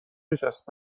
بچسب